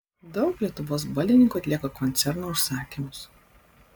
daug lietuvos baldininkų atlieka koncerno užsakymus